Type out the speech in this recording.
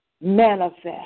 manifest